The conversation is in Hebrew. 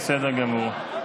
בסדר גמור.